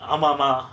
ஆமா மா:aama ma